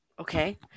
Okay